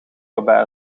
waarbij